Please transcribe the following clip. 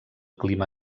clima